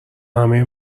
همه